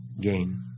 gain